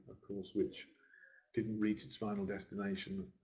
course which didn't reach its final destination,